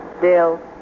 Bill